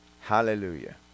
Hallelujah